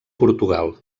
portugal